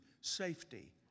safety